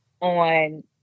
on